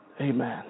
Amen